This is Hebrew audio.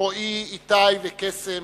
רועי, איתי וקסם,